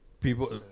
people